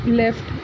left